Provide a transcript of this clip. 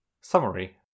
Summary